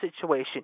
situation